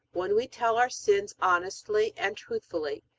when we tell our sins honestly and truthfully,